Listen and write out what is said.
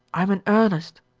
i am in earnest.